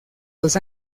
los